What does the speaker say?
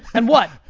and what?